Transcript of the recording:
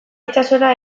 itsasora